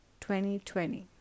2020